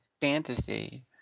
fantasy